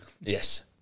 Yes